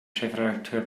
chefredakteur